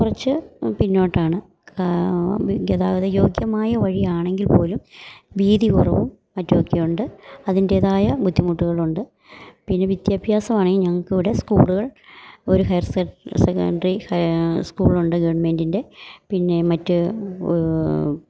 കുറച്ച് പിന്നോട്ടാണ് ഗതാഗത യോഗ്യമായ വഴിയാണെങ്കിൽ പോലും വീതി കുറവും മറ്റൊക്കെയുണ്ട് അതിൻ്റേതായ ബുദ്ധിമുട്ടുകളുണ്ട് പിന്നെ വിദ്യാഭ്യാസമാണെങ്കിൽ ഞങ്ങൾക്കിവിടെ സ്കൂളുകൾ ഒരു ഹയർ സെ സെക്കണ്ടറി സ്കൂളുണ്ട് ഗവൺമെന്റിൻ്റെ പിന്നെ മറ്റ്